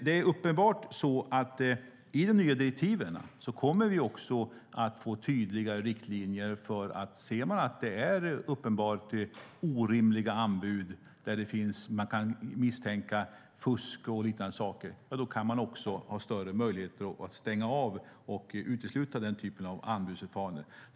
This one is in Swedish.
Det är uppenbart att vi med de nya direktiven kommer att få tydligare riktlinjer. Om man ser att det är uppenbart orimliga anbud där man kan misstänka fusk och liknande har man större möjligheter att stänga av och utesluta den typen av anbudslämnare.